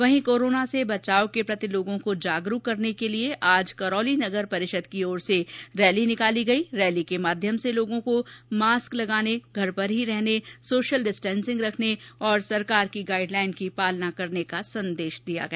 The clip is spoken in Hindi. वहीं कोरोना से बचाव के प्रति लोगों को जागरूक करने के लिए आज नगर परिषद करोली द्वारा रैली निकाली गई रैली के माध्यम से लोगो को मास्क लगाने घर में हीं रहने सोसियल डिस्टेंसिंग रखने और सरकार की गाइडलाईन की पालना करने का संदेश दिया गया